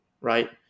right